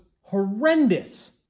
horrendous